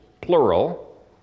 plural